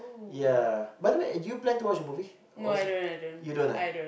ya by the way do you plan to watch the movie or so you don't ah